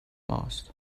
ماست